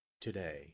today